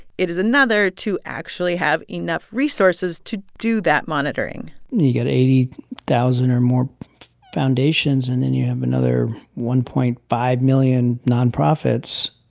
it is another to actually have enough resources to do that monitoring you got eighty thousand or more foundations, and then you have another one point five million nonprofits,